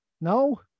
No